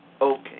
Okay